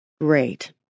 Great